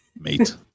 Mate